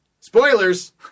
Spoilers